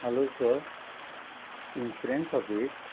hello sir insurance office